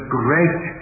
great